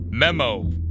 Memo